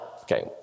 okay